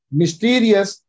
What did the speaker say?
mysterious